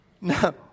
No